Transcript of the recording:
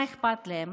מה אכפת להם?